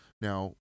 Now